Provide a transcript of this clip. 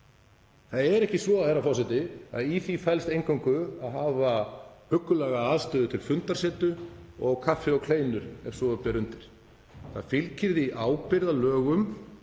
Það er ekki svo, herra forseti, að í því felist eingöngu að hafa huggulega aðstöðu til fundarsetu og kaffi og kleinur ef svo ber undir. Því fylgir ábyrgð að lögum